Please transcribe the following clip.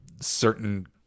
certain